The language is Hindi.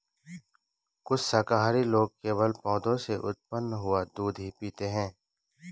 कुछ शाकाहारी लोग केवल पौधों से उत्पन्न हुआ दूध ही पीते हैं